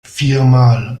viermal